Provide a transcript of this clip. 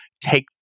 take